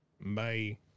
Bye